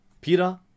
Peter